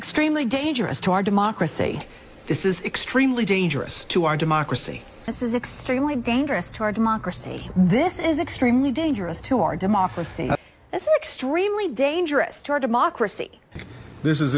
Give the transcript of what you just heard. extremely dangerous to our democracy this is extremely dangerous to our democracy this is extremely dangerous to our democracy this is extremely dangerous to our democracy this is extremely dangerous to our democracy this is